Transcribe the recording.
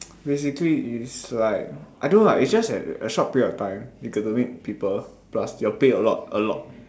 basically is like I don't know ah is just that a short period of time you got to meet people plus your pay a lot a lot